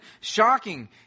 shocking